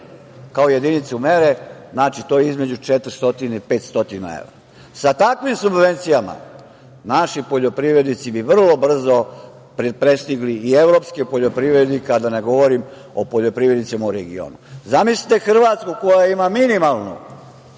kao jedinicu mere, znači, to između 400 i 500 evra, sa takvim subvencijama naši poljoprivrednici bi vrlo brzo prestigli i evropske poljoprivrednike, a da ne govorim o poljoprivrednicima u regionu. Zamislite, Hrvatsku koja ima minimalnu